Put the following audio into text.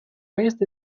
raised